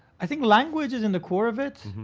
i think language is in the core of it.